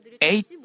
eight